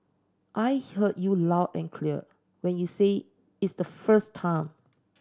I heard you loud and clear when you said it's the first time